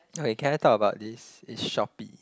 okay can I talk about this it's Shopee